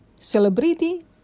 celebrity